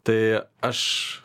tai aš